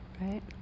right